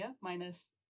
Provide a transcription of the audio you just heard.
minus